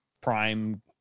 prime